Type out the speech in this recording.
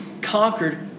conquered